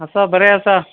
आसा बरें आसा